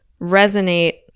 resonate